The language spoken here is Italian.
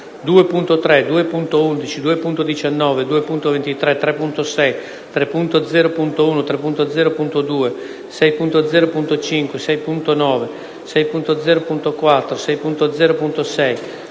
2.3, 2.11, 2.19, 2.23, 3.6, 3.0.1, 3.0.2, 6.0.5, 6.9, 6.0.4, 6.0.6,